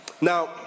Now